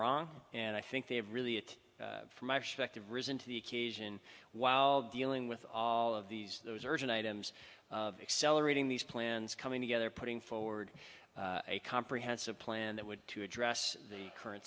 wrong and i think they've really it from my perspective risen to the occasion while dealing with all of these those urgent items accelerating these plans coming together putting forward a comprehensive plan that would to address the current